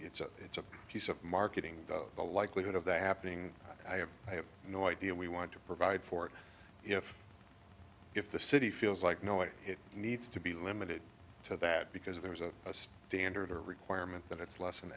it's a it's a piece of marketing the likelihood of that happening i have i have no idea we want to provide for it if if the city feels like no way it needs to be limited to that because there was a standard a requirement that it's less